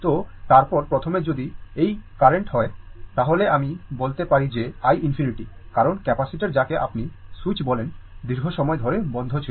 তো তারপর প্রথমে যদি এটি কারেন্ট হয় তাহলে আমি বলতে পারি যে i ∞ কারণ ক্যাপাসিটার যাকে আপনি সুইচ বলেন দীর্ঘ সময় ধরে বন্ধ ছিল